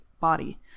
body